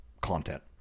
content